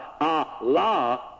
Allah